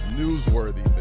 newsworthy